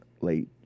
late